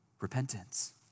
repentance